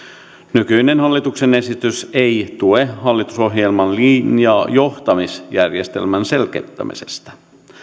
nykyinen hallituksen esitys ei tue hallitusohjelman linjaa johtamisjärjestelmän selkeyttämisestä